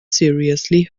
seriously